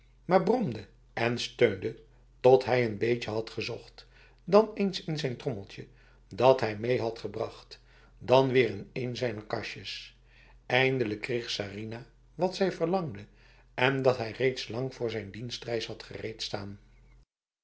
maar bromde en steunde tot hij n beetje had gezocht dan eens in zijn trommeltje dat hij mee had gebracht dan weer in een zijner kastjes eindelijk kreeg sarinah wat zij verlangde en dat hij reeds lang voor zijn dienstreis had